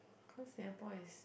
cause Singapore is